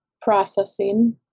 processing